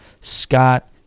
Scott